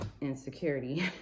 insecurity